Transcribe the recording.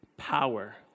power